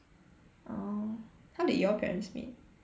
orh how did your parents meet